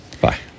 Bye